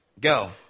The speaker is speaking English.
Go